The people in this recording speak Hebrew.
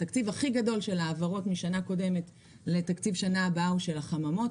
התקציב הכי גדול של ההעברות משנה קודמת לתקציב שנה הבאה הוא של החממות.